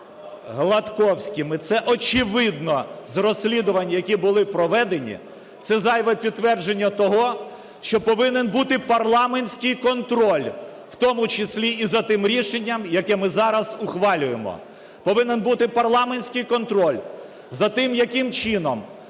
Гладковським. І це очевидно з розслідувань, які були проведені, це зайве підтвердження того, що повинен бути парламентський контроль, в тому числі і за тим рішення, яке ми зараз ухвалюємо. Повинен бути парламентський контроль за тим, яким чином